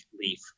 leaf